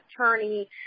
attorney